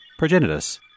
Progenitus